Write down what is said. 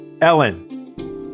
Ellen